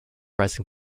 rising